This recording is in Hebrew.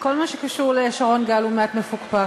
כל מה שקשור לשרון גל הוא מעט מפוקפק.